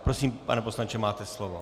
Prosím, pane poslanče, máte slovo.